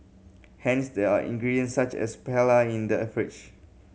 hence there are ingredients such as paella in the a fridge